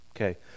Okay